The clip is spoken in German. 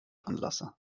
anlasser